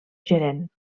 gerent